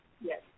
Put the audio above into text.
Yes